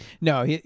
no